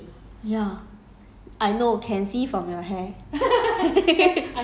yeah act~ actually I save that show for you all leh ya